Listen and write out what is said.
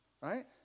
Right